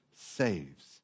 saves